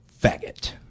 faggot